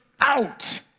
out